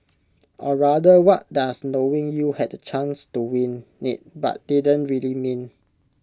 or rather what does knowing you had the chance to win IT but didn't really mean